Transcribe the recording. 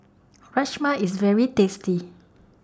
Rajma IS very tasty